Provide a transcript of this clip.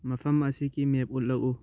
ꯃꯐꯝ ꯑꯁꯤꯒꯤ ꯃꯦꯞ ꯎꯠꯂꯛꯎ